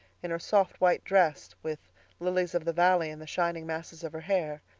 in her soft, white dress with lilies-of-the-valley in the shining masses of her hair.